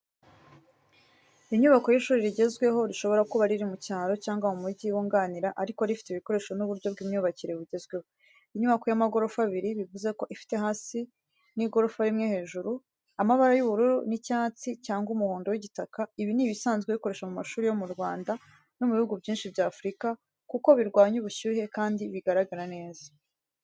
Inyubako y’ishuri rigezweho rishobora kuba riri mu cyaro cyangwa mu mujyi wunganira ariko rifite ibikoresho n’uburyo bw’imyubakire bugezweho. Inyubako y'amagorofa abiri bivuze ko ifite hasi n’igorofa rimwe hejuru. Amabara y’ubururu n’icyatsi cyangwa umuhondo w’igitaka ibi ni ibisanzwe bikoreshwa ku mashuri yo mu Rwanda no mu bihugu byinshi bya Afurika, kuko birwanya ubushyuhe kandi biragaragara neza.